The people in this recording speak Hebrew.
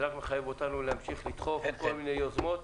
זה רק מחייב אותנו להמשיך לדחוף כל מיני יוזמות.